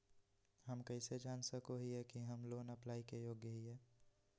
हम कइसे जान सको हियै कि हम लोन अप्लाई के योग्य हियै?